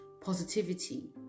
positivity